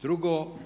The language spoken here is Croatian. Drugo,